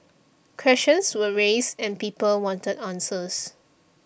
questions were raised and people wanted answers